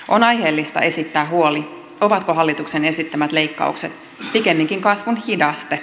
on aiheellista esittää huoli ovatko hallituksen esittämät leikkaukset pikemminkin kasvun hidaste